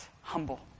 humble